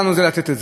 כשזה מגיע,